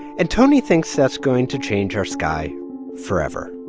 and tony thinks that's going to change our sky forever